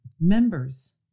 Members